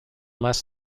less